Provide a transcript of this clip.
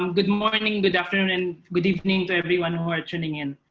um good morning, good afternoon and good evening to everyone who are tuning in.